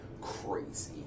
crazy